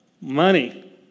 money